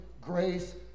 grace